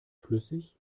flüssig